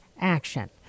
action